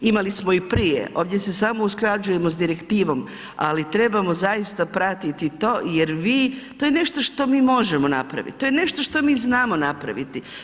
Imali smo i prije, ovdje se samo usklađujemo s direktivom, ali trebamo zaista pratiti to jer vi, to je nešto što mi možemo napraviti, to je nešto što mi znamo napraviti.